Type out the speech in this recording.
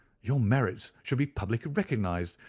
your merits should be publicly recognized.